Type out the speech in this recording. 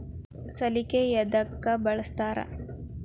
ಸಲಿಕೆ ಯದಕ್ ಬಳಸ್ತಾರ?